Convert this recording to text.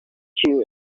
you